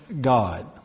God